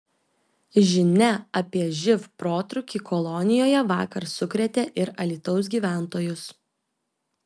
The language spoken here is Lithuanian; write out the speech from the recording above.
žinia apie živ protrūkį kolonijoje vakar sukrėtė ir alytaus gyventojus